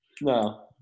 No